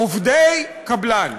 עובדי קבלן.